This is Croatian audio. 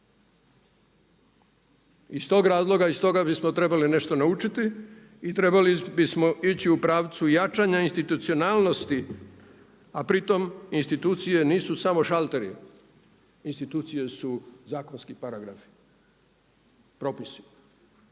Iz tog razloga i iz toga bismo trebali nešto naučiti i trebali bismo ići u pravcu jačanja institucionalnosti, a pritom institucije nisu samo šalteri, institucije su jakosni paragraf, propisi.